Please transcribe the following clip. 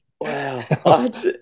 Wow